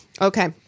Okay